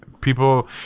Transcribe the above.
people